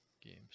games